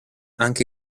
anche